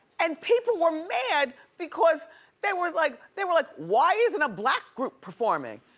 and people were mad because they were like they were like why isn't a black group performing,